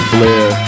Flair